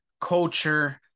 culture